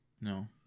No